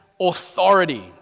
authority